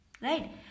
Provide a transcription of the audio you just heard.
Right